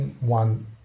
one